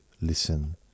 listen